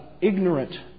ignorant